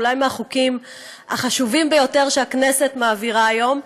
הוא אולי מהחוקים החשובים ביותר שהכנסת מעבירה היום.